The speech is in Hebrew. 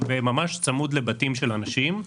וממש בצמוד לבתים של אנשים.